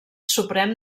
suprem